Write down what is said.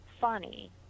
funny